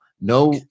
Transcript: no